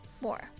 more